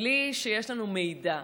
בלי שיש לנו מידע,